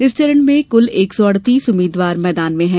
इस चरण में कुल एक सौ अड़तीस उम्मीदवार मैदान में हैं